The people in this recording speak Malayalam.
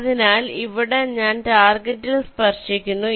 അതിനാൽ ഇവിടെ ഞാൻ ടാർഗെറ്റിൽ സ്പർശിക്കുന്നു